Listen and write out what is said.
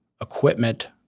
equipment